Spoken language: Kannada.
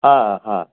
ಹಾಂ ಹಾಂ